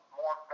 more